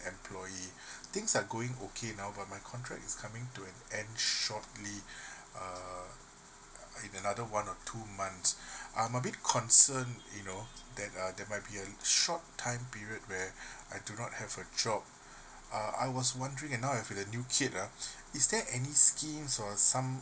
employee things are going okay now but my contract is coming to an ennd shortly err in another one or two months I'm a bit concern you know that uh that might be a short time period where I do not have a job uh I was wondering and now I have a new kid ah is there any scheme or some